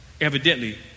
Evidently